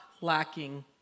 lacking